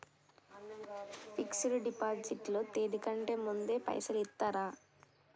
Fix డ్ deposit లో తేది కంటే ముందే పైసలు ఇత్తరా?